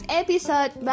episode